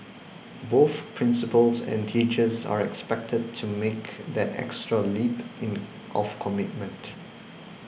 both principals and teachers are expected to make that extra leap in of commitment